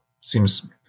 seems